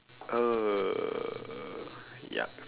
ugh yuck